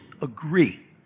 agree